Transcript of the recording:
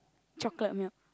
chocolate milk